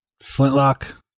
Flintlock